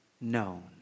known